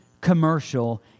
commercial